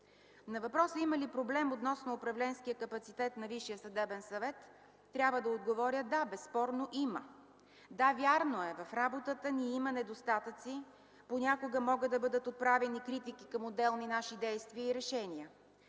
На въпроса има ли проблем относно управленския капацитет на Висшия съдебен съвет, трябва да отговоря: „Да, безспорно има!” Да, вярно е, в работата ни има недостатъци и понякога могат да бъдат отправени критики към отделни наши действия и решения,